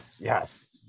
yes